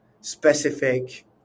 specific